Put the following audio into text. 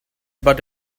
but